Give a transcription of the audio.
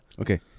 Okay